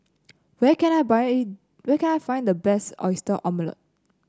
where can I buy where can I find the best Oyster Omelette